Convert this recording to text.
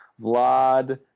Vlad